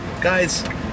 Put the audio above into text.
Guys